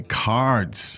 cards